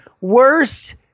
Worst